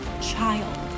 child